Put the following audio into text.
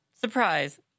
surprise